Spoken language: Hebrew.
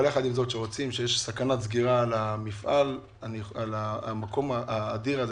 יחד עם זאת, כשיש סכנת סגירה של המקום האדיר הזה